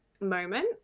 moment